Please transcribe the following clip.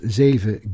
zeven